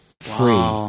free